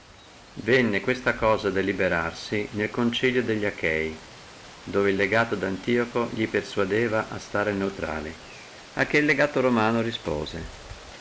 venne questa materia a deliberarsi nel concilio delli achei dove el legato di antioco li persuadeva a stare neutrali a che el legato romano respose